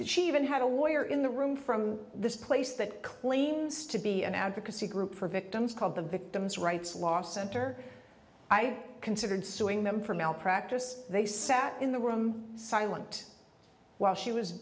that she even had a lawyer in the room from this place that claims to be an advocacy group for victims called the victim's rights law center i considered suing them for malpractise they sat in the room silent while she was